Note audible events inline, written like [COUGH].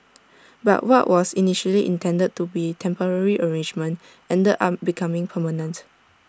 [NOISE] but what was initially intended to be temporary arrangement ended up becoming permanent